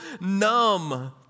numb